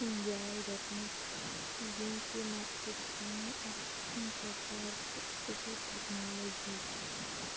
اَہم جاے رٔٹمٕژ ییٚمہِ کہِ مدتُک زَن اکھ اَہم کِردار چھُ سُہ گوٚو ٹیکنولجی